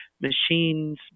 machines